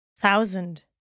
thousand